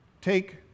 Take